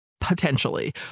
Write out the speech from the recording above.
potentially